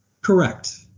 Correct